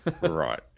Right